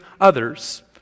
others